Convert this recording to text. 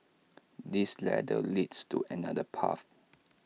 this ladder leads to another path